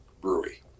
Brewery